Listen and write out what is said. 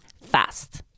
fast